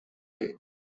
did